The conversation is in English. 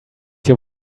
your